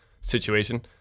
situation